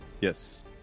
Yes